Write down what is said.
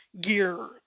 gear